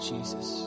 Jesus